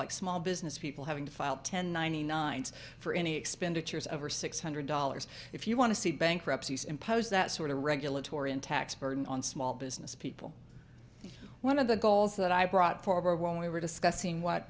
like small business people having to file ten ninety nine for any expenditures over six hundred dollars if you want to see bankruptcies impose that sort of regulatory and tax burden on small business people one of the goals that i brought forward when we were discussing what